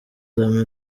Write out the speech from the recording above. damme